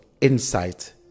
insight